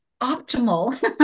optimal